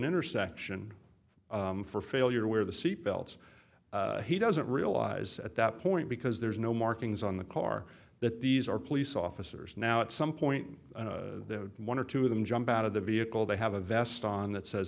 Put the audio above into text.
intersection for failure where the seatbelts he doesn't realize at that point because there's no markings on the car that these are police officers now at some point one or two of them jump out of the vehicle they have a vest on that says